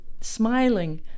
smiling